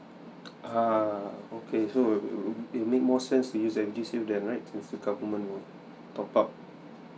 uh okay so it it will make more sense to use edusave than right since the government will top up